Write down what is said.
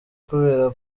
kubera